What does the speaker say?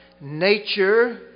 nature